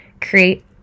create